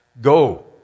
Go